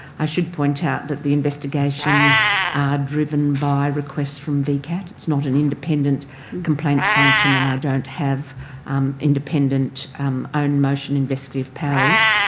i should point out that the investigations are driven by requests from vcat. it's not an independent complaints function and i don't have um independent um own motion investigative powers,